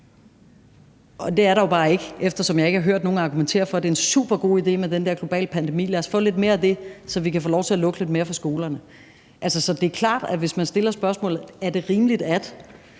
det er der jo bare ikke, eftersom jeg ikke har hørt nogen argumentere for, at det er en super god idé med den her globale pandemi, og ikke har hørt nogen sige, at lad os få lidt mere af det, så vi kan få lov til at lukke lidt mere for skolerne. Det er klart, at hvis man stiller spørgsmålet »er det rimeligt, at